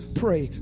pray